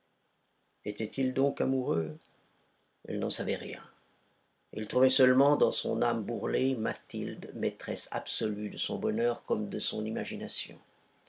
était-il donc amoureux il n'en savait rien il trouvait seulement dans son âme bourrelée mathilde maîtresse absolue de son bonheur comme de son imagination